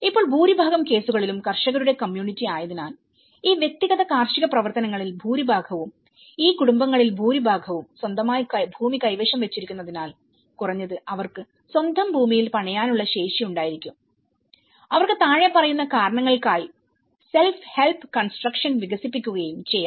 ഇപ്പോൾ ഭൂരിഭാഗം കേസുകളിലും കർഷകരുടെ കമ്മ്യൂണിറ്റി ആയതിനാൽഈ വ്യക്തിഗത കാർഷിക പ്രവർത്തനങ്ങളിൽ ഭൂരിഭാഗവും ഈ കുടുംബങ്ങളിൽ ഭൂരിഭാഗവും സ്വന്തമായി ഭൂമി കൈവശം വച്ചിരിക്കുന്നതിനാൽ കുറഞ്ഞത് അവർക്ക് സ്വന്തം ഭൂമിയിൽ പണിയാനുള്ള ശേഷി ഉണ്ടായിരിക്കുംഅവർക്ക് താഴെ പറയുന്ന കാരണങ്ങൾക്കായി സെൽഫ് ഹെല്പ് കൺസ്ട്രക്ഷൻ വികസിപ്പിക്കുകയും ചെയ്യാം